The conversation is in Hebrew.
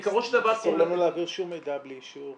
אסור לנו להעביר שום מידע בלי אישור